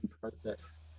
process